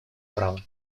права